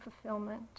fulfillment